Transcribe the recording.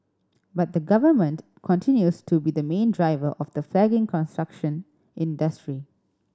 but the Government continues to be the main driver of the flagging construction industry